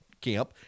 camp